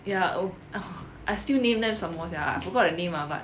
ya I still name them some more sia I forget the name but